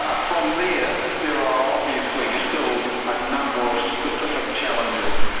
ah from there, there are obviously still a number of specific challenges.